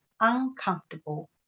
uncomfortable